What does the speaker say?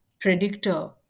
predictor